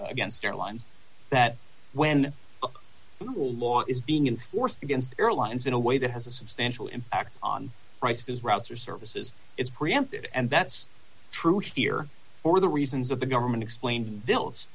against airlines that when the law is being enforced against the airlines in a way that has a substantial impact on prices routes or services it's preempted and that's true here for the reasons of the government explained bill